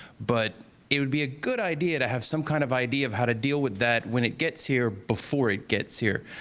but it would be a good idea to have some kind of idea of how to deal with that when it gets here before it gets here.